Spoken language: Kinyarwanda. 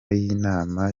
y’inama